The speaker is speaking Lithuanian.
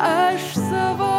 aš savo